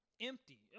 empty